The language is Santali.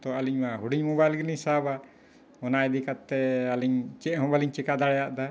ᱛᱚ ᱟᱹᱞᱤᱧ ᱢᱟ ᱦᱩᱰᱤᱧ ᱢᱳᱵᱟᱭᱤᱞ ᱜᱮᱞᱤᱧ ᱥᱟᱵᱟ ᱚᱱᱟ ᱤᱫᱤ ᱠᱟᱛᱮᱫ ᱟᱹᱞᱤᱧ ᱪᱮᱫ ᱦᱚᱸ ᱵᱟᱹᱞᱤᱧ ᱪᱤᱠᱟᱹ ᱫᱟᱲᱮᱭᱟᱜ ᱫᱟ